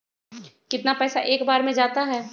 कितना पैसा एक बार में जाता है?